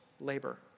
labor